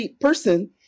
person